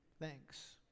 Thanks